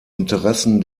interessen